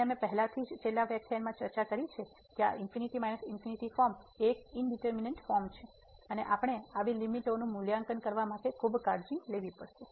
અને અમે પહેલાથી જ છેલ્લા વ્યાખ્યાનમાં ચર્ચા કરી છે કે આ ફોર્મ એક ઇનડીટરમીનેટ ફોર્મ છે અને આપણે આવી લીમીટઓનું મૂલ્યાંકન કરવા માટે ખૂબ કાળજી લેવી પડશે